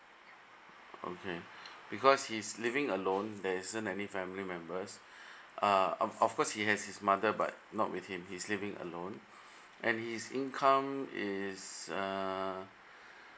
okay because he is living alone there isn't any family members uh of of course he has his mother but not with him he's living alone and his income is uh